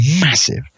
massive